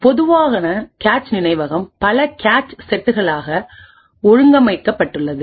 எனவே பொதுவான கேச் நினைவகம் பல கேச் செட்களாக ஒழுங்கமைக்கப்பட்டுள்ளது